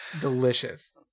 delicious